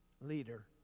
leader